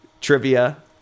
trivia